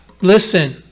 listen